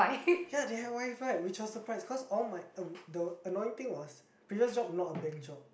ya they had WiFi which was a surprise cause all my uh the annoying thing was previous job was not a big job